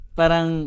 parang